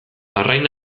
arrain